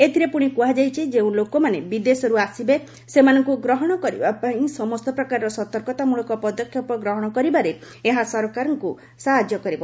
ଏଥିରେ ପୁଣି କୁହାଯାଇଛି ଯେଉଁ ଲୋକମାନେ ବିଦେଶରୁ ଆସିବେ ସେମାନଙ୍କୁ ଗ୍ରହଣ କରିବା ପାଇଁ ସମସ୍ତ ପ୍ରକାରର ସତର୍କତାମଳକ ପଦକ୍ଷେପ ଗ୍ରହଣ କରିବାରେ ଏହା ସରକାରଙ୍କୁ ସାହାଯ୍ୟ କରିବ